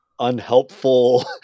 unhelpful